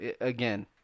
again